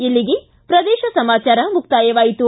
ಇಲ್ಲಿಗೆ ಪ್ರದೇಶ ಸಮಾಚಾರ ಮುಕ್ತಾಯವಾಯಿತು